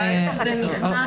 זה נכנס